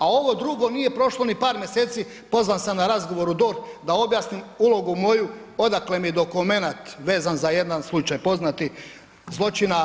A ovo drugo nije prošlo ni par mjeseci pozvan sam na razgovor u DORH da objasnim ulogu moju odakle mi dokumenat vezan za jedan slučaj poznati zločina nad Srbima.